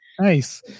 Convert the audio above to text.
Nice